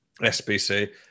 SBC